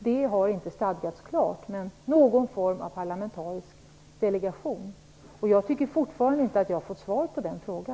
Dess form har inte angivits klart, men det gäller något slag av parlamentarisk delegation. Jag tycker fortfarande inte att jag har fått svar på min fråga.